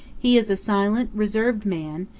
he is a silent, reserved man,